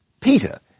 Peter